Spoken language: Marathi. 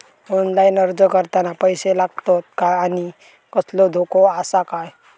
ऑनलाइन अर्ज करताना पैशे लागतत काय आनी कसलो धोको आसा काय?